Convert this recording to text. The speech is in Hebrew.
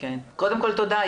תודה.